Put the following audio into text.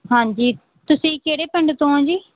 ਹਾਂਜੀ ਤੁਸੀਂ ਕਿਹੜੇ ਪਿੰਡ ਤੋਂ ਹੋ ਜੀ